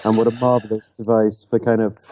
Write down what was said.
um what a marvelous device for kind of